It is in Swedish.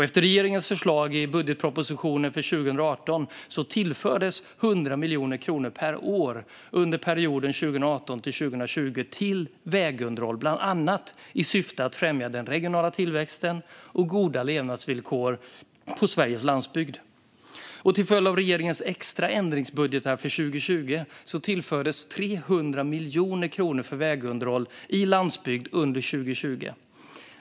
Efter regeringens förslag i budgetpropositionen för 2018 tillfördes 100 miljoner kronor per år under perioden 2018-2020 till vägunderhåll, bland annat i syfte att främja den regionala tillväxten och goda levnadsvillkor på Sveriges landsbygd. Till följd av regeringens extra ändringsbudgetar för 2020 tillfördes 300 miljoner kronor för vägunderhåll i landsbygd under 2020.